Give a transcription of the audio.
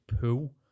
pool